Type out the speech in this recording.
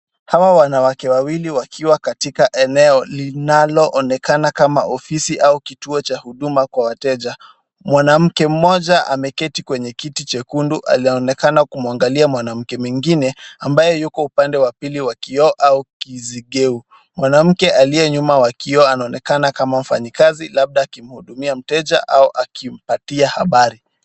Hawa wanawake wawili wakiwa katika eneo linalo onekana kama ofisi au kituo cha huduma kwa wateja. Mwanamke mmoja ameketi kwenye kiti chekundu, anaonekana kumwangalia mwanamke mwingine ambaye yuko upende wa pili wa kioo au kizigeu. Mwanamke aliye nyuma wa kioo anaonekana kama mfanyikazi, labda akimuhudumia mteja au akimpatia habari.